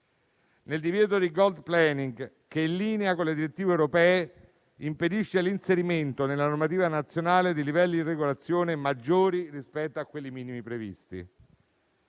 nel divieto di *gold plating* che, in linea con le direttive europee, impedisce l'inserimento nella normativa nazionale di livelli di regolazione maggiori rispetto a quelli minimi previsti,